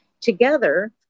together